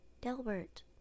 Delbert